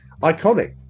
Iconic